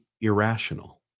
irrational